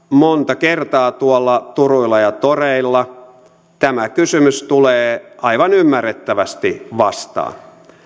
monta kertaa tuolla turuilla ja toreilla tämä kysymys tulee aivan ymmärrettävästi vastaan